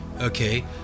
okay